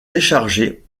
déchargé